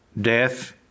death